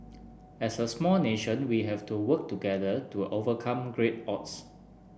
as a small nation we have to work together to overcome great odds